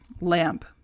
lamp